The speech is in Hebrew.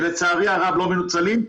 לצערי הרב, הם לא מנוצלים.